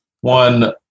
one